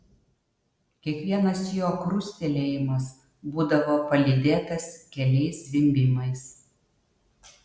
kiekvienas jo krustelėjimas būdavo palydėtas keliais zvimbimais